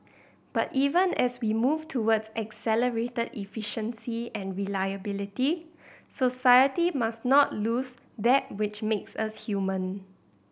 but even as we move towards accelerated efficiency and reliability society must not lose that which makes us human